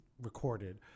recorded